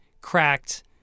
cracked